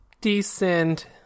decent